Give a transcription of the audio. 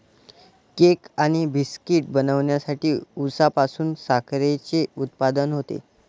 cake आणि बिस्किटे बनवण्यासाठी उसापासून साखरेचे उत्पादन होते